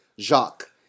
Jacques